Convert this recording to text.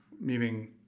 meaning